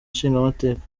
nshingamateka